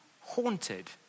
haunted